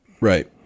Right